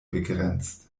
begrenzt